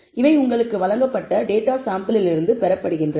இவை உங்களுக்கு வழங்கப்பட்ட டேட்டா சாம்பிளிலிருந்து பெறப்படுகின்றன